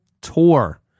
tour